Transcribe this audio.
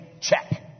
check